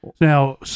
Now